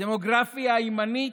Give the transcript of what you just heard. הדמוגרפיה הימנית,